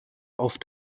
auf